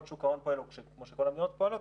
שוק ההון פועל או כמו שכל המדינות פועלות,